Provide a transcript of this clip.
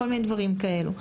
וכל מיני דברים כאלו.